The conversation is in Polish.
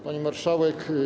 Pani Marszałek!